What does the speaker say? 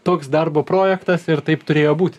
toks darbo projektas ir taip turėjo būt